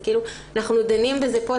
זה כאילו אנחנו דנים בזה פה.